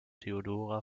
theodora